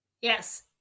Yes